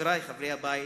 חברי חברי הבית,